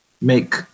make